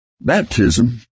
Baptism